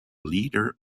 leader